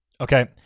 Okay